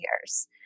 years